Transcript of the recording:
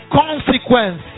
consequence